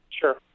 sure